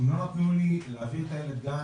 הם לא נתנו לי להעביר את הילד גן,